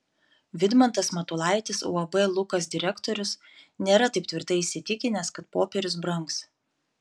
vidmantas matulaitis uab lukas direktorius nėra taip tvirtai įsitikinęs kad popierius brangs